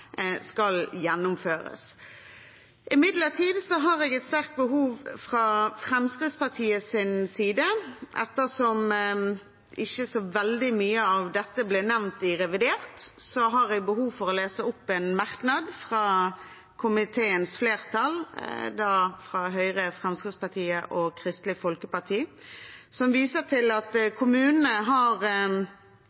skal gjennomføres. Imidlertid har jeg et sterkt behov for å si noe fra Fremskrittspartiets side. Ettersom ikke så veldig mye av dette ble nevnt i revidert nasjonalbudsjett, har jeg behov for å lese opp en merknad fra komiteens flertall, fra Høyre, Fremskrittspartiet og Kristelig Folkeparti, som viser til at